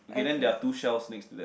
okay then there are two shells next to that